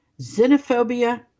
xenophobia